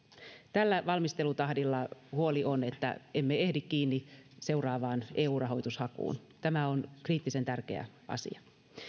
tällä valmistelutahdilla huoli on että emme ehdi kiinni seuraavaan eu rahoitushakuun tämä on kriittisen tärkeä asia